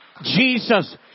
Jesus